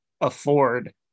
afford